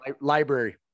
library